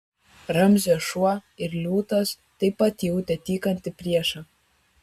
ramzio šuo ir liūtas taip pat jautė tykantį priešą